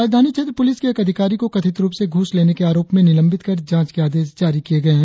राजधानी क्षेत्र पुलिस के एक अधिकारी को कथित रुप से घूस लेने के आरोप में निलंवित कर जांच के आदेश जारी किया गया है